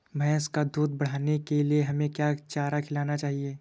भैंस का दूध बढ़ाने के लिए हमें क्या चारा खिलाना चाहिए?